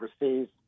overseas